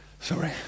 Sorry